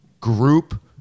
group